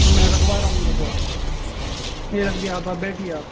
हाँ मैं रखवा रहा हूँ रखवा रहा हूँ ये रख दिया अब आप बैठिए आप